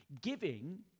Giving